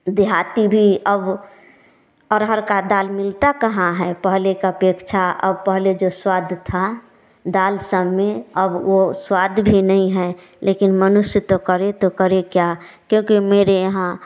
देहाती भी अब अरहर का दाल मिलता कहाँ है पहले का अपेक्षा अब पहले जो स्वाद था दाल सब में अब वो स्वाद भी नहीं है लेकिन मनुष्य तो करे तो करे क्या क्योंकि मेरे यहाँ